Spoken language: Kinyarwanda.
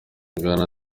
bwana